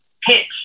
pitch